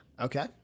Okay